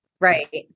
right